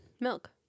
Milk